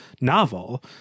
novel